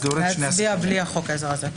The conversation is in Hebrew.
נצביע בלי חוק העזר הזה.